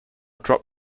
drop